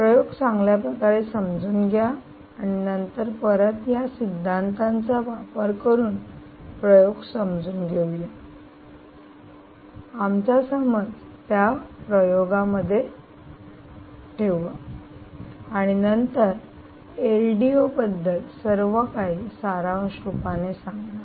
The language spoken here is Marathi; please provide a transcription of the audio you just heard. प्रयोग चांगल्या प्रकारे समजून घ्या आणि नंतर परत या सिद्धांताचा वापर करून प्रयोग समजून घेऊया आपला समज त्या प्रयोगामागे ठेवा आणि नंतर एलडीओ बद्दल सर्व काही सारांश रूपाने सांगा